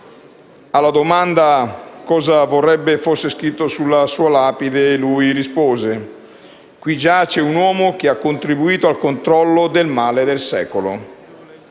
Alla domanda su cosa avrebbe voluto fosse scritto sulla sua lapide, egli rispose: «Qui giace un uomo che ha contribuito al controllo del male del secolo».